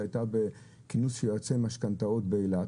היתה בכינוס יועצי משכנתאות באילת,